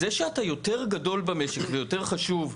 זה שאתה יותר גדול במשק ויותר חשוב,